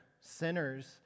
sinners